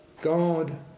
God